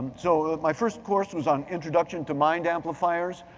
so, my first course was on introduction to mind amplifiers.